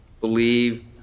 believe